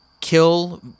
kill